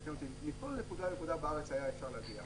תקן אותי אם אני טועה מכל נקודה לנקודה בארץ אפשר היה להגיע.